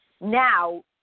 now